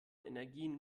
energien